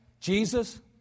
Jesus